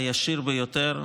הישיר ביותר,